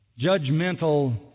judgmental